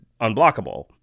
unblockable